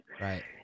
Right